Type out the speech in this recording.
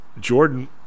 Jordan